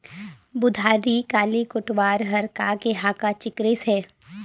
बुधारू काली कोटवार हर का के हाँका चिकरिस हे?